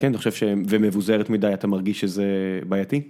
כן, אני חושב ש... ומבוזרת מדי, אתה מרגיש שזה בעייתי?